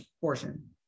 portion